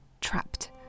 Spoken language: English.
Trapped